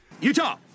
utah